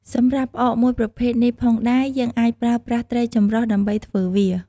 សម្រាប់់ផ្អកមួយប្រភេទនេះផងដែរ យើងអាចប្រើប្រាស់ត្រីចម្រុះដើម្បីធ្វើវា។